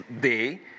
day